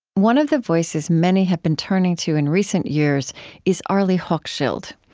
one of the voices many have been turning to in recent years is arlie hochschild.